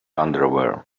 underwear